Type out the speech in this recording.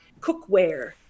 cookware